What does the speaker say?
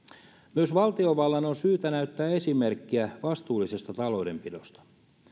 myös valtiovallan on syytä näyttää esimerkkiä vastuullisesta taloudenpidosta